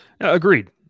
Agreed